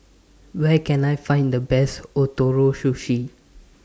Where Can I Find The Best Ootoro Sushi